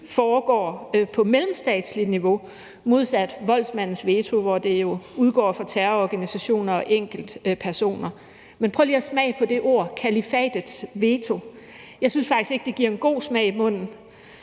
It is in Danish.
foregår på mellemstatsligt niveau modsat voldsmandens veto, hvor det jo udgår fra terrororganisationer og enkeltpersoner, men prøv lige at smage på ordet kalifatets veto. Jeg synes faktisk ikke, det giver en god smag i munden.